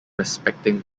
respecting